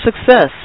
success